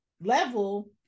level